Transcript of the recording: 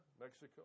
Mexico